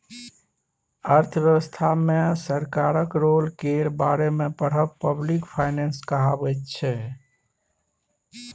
अर्थव्यवस्था मे सरकारक रोल केर बारे मे पढ़ब पब्लिक फाइनेंस कहाबै छै